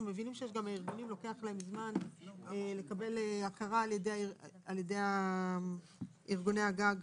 מבינים שלארגונים לוקח זמן לקבל הכרה על ידי ארגוני הגג.